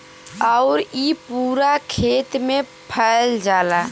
आउर इ पूरा खेत मे फैल जाला